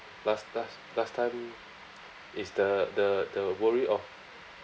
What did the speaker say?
last last last time is the the the worry of